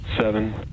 Seven